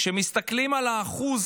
כשמסתכלים אחוז